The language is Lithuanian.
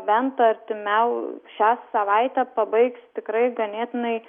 bent artimiau šią savaitę pabaigs tikrai ganėtinai